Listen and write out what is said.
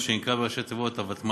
מה שנקרא בראש תיבות הוותמ"ל,